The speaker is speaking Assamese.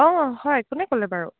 অঁ হয় কোনে ক'লে বাৰু